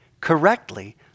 correctly